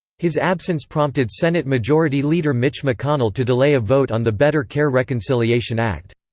his absence prompted senate majority leader mitch mcconnell to delay a vote on the better care reconciliation act.